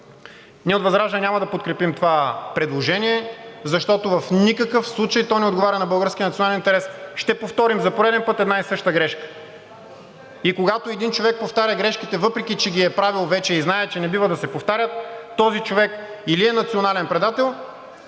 Ние от ВЪЗРАЖДАНЕ няма да подкрепим това предложение, защото в никакъв случай то не отговаря на българския национален интерес. Ще повторим за пореден път една и съща грешка. А когато един човек повтаря грешките, въпреки че ги е правил вече, и знае, че не бива да се повтарят, този човек или е национален предател,